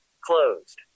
closed